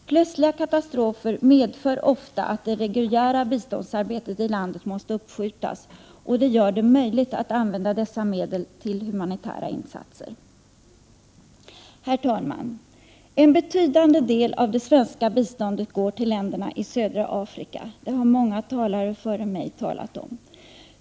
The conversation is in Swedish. Plötsliga katastrofer medför ofta att det reguljära biståndsarbetet i landet måste uppskjutas, och detta gör det möjligt att använda dessa medel till humanitära insatser. Herr talman! En betydande del av det svenska biståndet går till länderna i södra Afrika. Det har många talare före mig talat om.